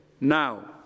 now